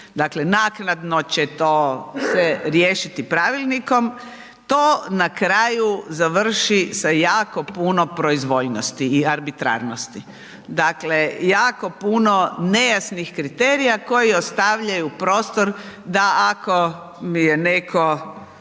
naknadno će to se riješiti pravilnikom to na kraju završi na kraju sa jako puno proizvoljnosti i arbitrarnosti. Dakle, jako puno nejasnih kriterija koji ostavljaju prostor da ako je netko